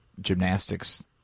gymnastics